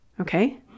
okay